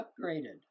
upgraded